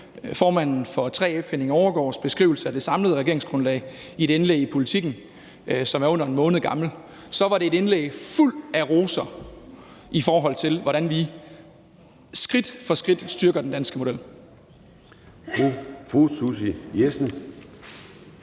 formanden for 3F, Flemming Overgaard, giver i et indlæg i Politiken, som er under en måned gammel, så er det en beskrivelse, der er fuld af roser, i forhold til hvordan vi skridt for skridt styrker den danske model.